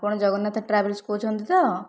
ଆପଣ ଜଗନ୍ନାଥ ଟ୍ରାଭେଲସ୍ କହୁଛନ୍ତିତ